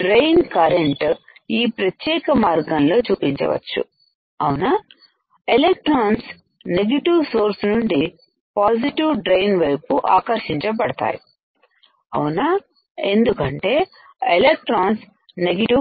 drain current ఈ ప్రత్యేక మార్గంలో చూపించవచ్చు అవునా ఎలెక్ట్రాన్స్ నెగటివ్ సోర్స్ను నుండి పాజిటివ్ డ్రైన్ వైపు ఆకర్షింపబడతాయి అవునాఎందుకంటే ఎలెక్ట్రాన్స్ నెగెటివ్